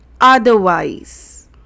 otherwise